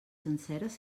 senceres